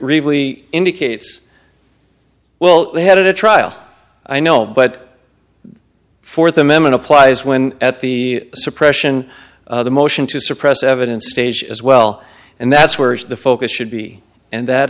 really indicates well they had a trial i know but fourth amendment applies when at the suppression motion to suppress evidence stage as well and that's where the focus should be and that